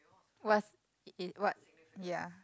what's is what ya